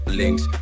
links